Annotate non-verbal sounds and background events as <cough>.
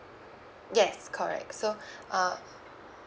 yes correct so <breath> uh